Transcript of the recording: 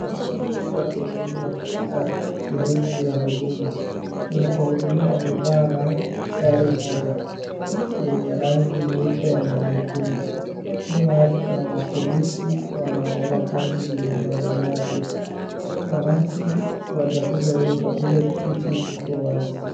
Watu wamekuja kuhudumiwa katika sehemu ya huduma. Wenye kuwahudumia wamevaa sare moja yenye rangi nyeupe na nyekundu. Nyuma yake kuna mapolisi wanaangalia kazi iendeleavyo. Wananchi hawajakuja wengi kwa vile kiti ziko wazi.